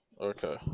Okay